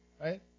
Right